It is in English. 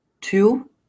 two